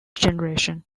generation